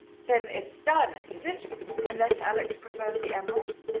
then it's diamonds, is it unless alex prefers the emerald.